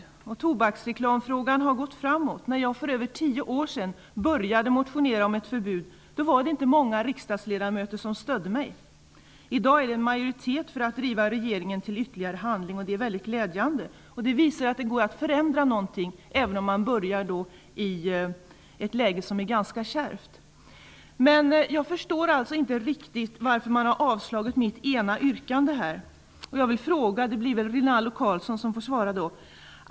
Frågan om tobaksreklamen har gått framåt. När jag för över tio år sedan började att motionera om ett förbud var det inte många riksdagsledamöter som stödde mig. I dag finns det en majoritet för att driva regeringen till ytterligare handling. Det är mycket glädjande. Det visar att det går att förändra något även om man börjar i ett läge som är ganska kärvt. Men jag förstår inte riktigt varför man har avslagit mitt ena yrkande. Jag vill ställa en fråga, och det blir väl Rinaldo Karlsson som får svara.